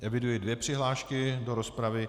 Eviduji dvě přihlášky do rozpravy.